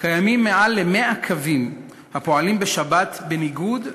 קיימים מעל 100 קווים הפועלים בשבת בניגוד לתקנות.